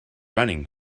running